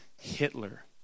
Hitler